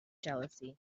jealousy